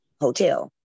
hotel